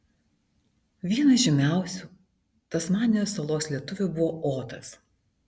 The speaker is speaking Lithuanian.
vienas žymiausių tasmanijos salos lietuvių buvo otas